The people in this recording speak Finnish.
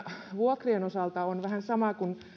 vuokrien osalta on vähän sama kuin